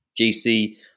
GC